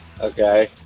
Okay